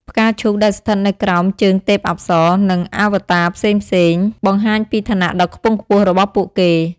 ផ្កាឈូកដែលស្ថិតនៅក្រោមជើងទេពអប្សរ និងអវតារផ្សេងៗ បង្ហាញពីឋានៈដ៏ខ្ពង់ខ្ពស់របស់ពួកគេ។